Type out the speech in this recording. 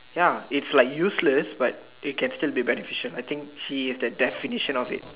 ya it's like useless but it can still be beneficial I think she's the definition of it